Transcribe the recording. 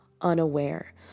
unaware